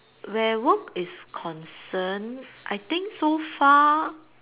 where work is concerned I think so far